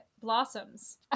blossoms